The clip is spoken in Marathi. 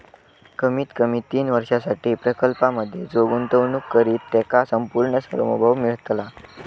कमीत कमी तीन वर्षांसाठी प्रकल्पांमधे जो गुंतवणूक करित त्याका संपूर्ण सार्वभौम मिळतला